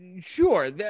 sure